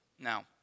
Now